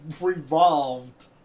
revolved